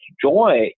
Joy